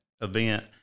event